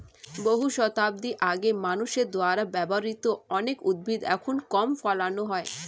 বহু শতাব্দী আগে মানুষের দ্বারা ব্যবহৃত অনেক উদ্ভিদ এখন কম ফলানো হয়